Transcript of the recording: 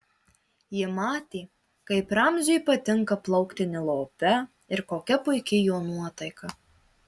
ji matė kaip ramziui patinka plaukti nilo upe ir kokia puiki jo nuotaika